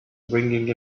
ringing